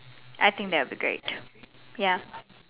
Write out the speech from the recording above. I think that'll be great ya